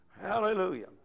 Hallelujah